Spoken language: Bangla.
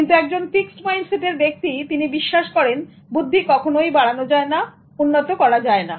কিন্তু একজন ফিক্সড মাইন্ডসেটের ব্যক্তি তিনি বিশ্বাস করেন বুদ্ধি কখনোই বাড়ানো যায় নাউন্নত করা যায় না